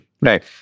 Right